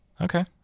Okay